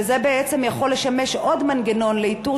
וזה בעצם יכול לשמש עוד מנגנון לאיתור